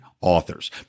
authors